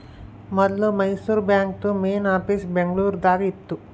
ಮೊದ್ಲು ಮೈಸೂರು ಬಾಂಕ್ದು main office Bengaluru ದಾಗ ಇತ್ತು